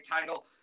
title